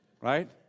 Right